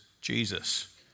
Jesus